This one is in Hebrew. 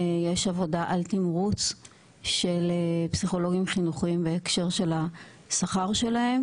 ויש עבודה על תמרוץ של פסיכולוגים חינוכיים בהקשר של השכר שלהם.